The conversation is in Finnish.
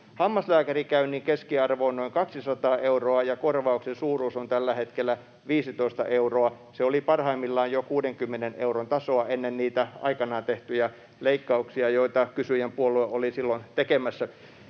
Hammaslääkärikäynnin keskiarvo on noin 200 euroa, ja korvauksen suuruus on tällä hetkellä 15 euroa. Se oli parhaimmillaan jo 60 euron tasoa ennen niitä aikanaan tehtyjä leikkauksia, joita kysyjän puolue oli silloin tekemässä.